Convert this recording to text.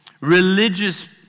Religious